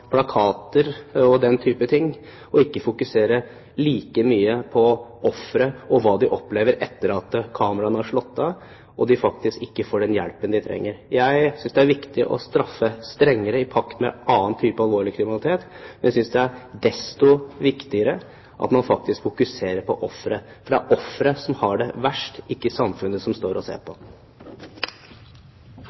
plakater og den type ting og ikke like mye på ofrene og hva de opplever etter at kameraene er slått av, og de faktisk ikke får den hjelpen de trenger. Jeg synes det er viktig å straffe strengere, i pakt med annen type alvorlig kriminalitet. Jeg synes det er desto viktigere at man fokuserer på offeret, for det er offeret som har det verst, ikke samfunnet som står og ser på.